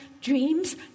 dreams